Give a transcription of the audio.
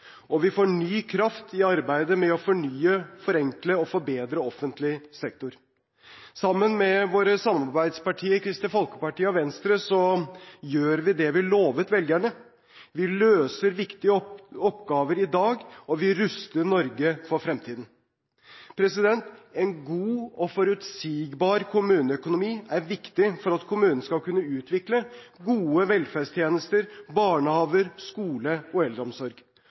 Vi får ny kraft i arbeidet med å fornye, forenkle og forbedre offentlig sektor. Sammen med våre samarbeidspartier, Kristelig Folkeparti og Venstre, gjør vi det vi lovet velgerne: Vi løser viktige oppgaver i dag, og vi ruster Norge for fremtiden. En god og forutsigbar kommuneøkonomi er viktig for at kommunen skal kunne utvikle gode velferdstjenester – barnehager, skole og eldreomsorg,